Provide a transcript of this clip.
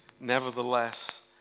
nevertheless